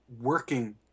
working